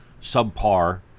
subpar